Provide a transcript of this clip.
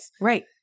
Right